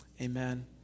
Amen